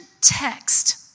text